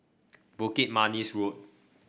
Bukit Manis Road